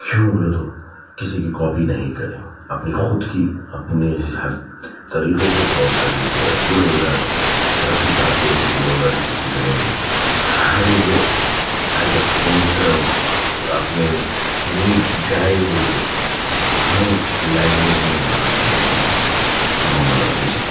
کیوں بولے تو کسی کی کاپی نہیں کرے اپنی خود کی اپنی ہر طریقے سے رفیع صاحب جیسی گلوکاری کسی کی نہیں ہے ہر وہ ایسا کون سا آپ نے نہیں گائے بول کے ہر لینگویج میں گانا گائے سنے وہ محمد رفیع صاحب